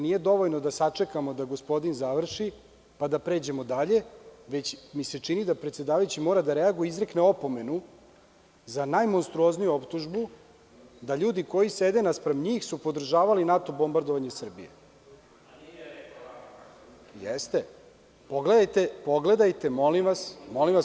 Nije dovoljno da sačekamo da gospodin završi pa da pređemo dalje već mi se čini da predsedavajući mora da reaguje i izrekne opomenu za najmonstruozniju optužbu da ljudi koji sede naspram njih su podržavali NATO bombardovanje Srbije. (Marko Atlagić, s mesta: Nije vama rekla.) Jeste.